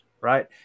right